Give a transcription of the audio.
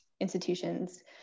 institutions